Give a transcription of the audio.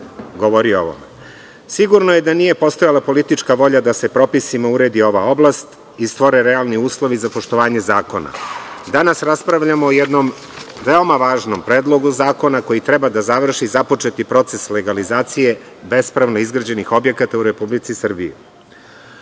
govorio o ovome. Sigurno je da nije postojala politička volja da se propisima uredi ova oblast i stvore realni uslovi za poštovanje zakona. Danas raspravljamo o jednom veoma važnom predlogu zakona koji treba da završi započeti proces legalizacije bespravno izgrađenih objekata u Republici Srbiji.Sećam